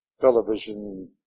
television